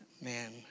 Man